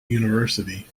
university